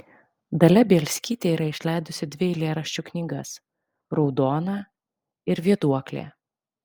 dalia bielskytė yra išleidusi dvi eilėraščių knygas raudona ir vėduoklė